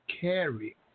carry